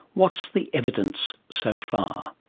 what's the evidence so far.